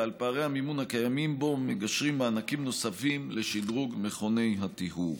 ועל פערי המימון הקיימים בו מגשרים מענקים נוספים לשדרוג מכוני הטיהור.